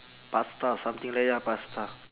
pasta something like ya pasta